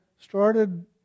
started